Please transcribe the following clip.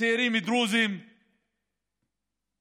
צעירים דרוזים וממשיכה,